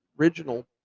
original